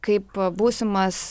kaip būsimas